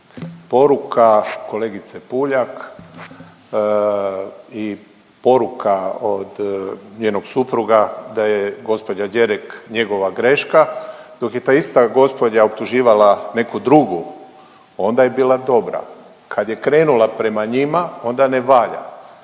Poruka kolegice Puljak i poruka od njenog supruga da je gđa Đerek njegova greška, dok je ta ista gospođa optuživala neku drugu, onda je bila dobra. Kad je krenula prema njima, onda ne valja.